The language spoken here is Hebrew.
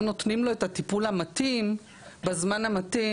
נותנים לו את הטיפול המתאים בזמן המתאים,